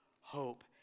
hope